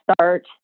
start